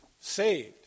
saved